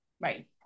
Right